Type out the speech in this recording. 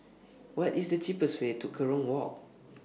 What IS The cheapest Way to Kerong Walk